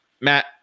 Matt